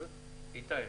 איתי.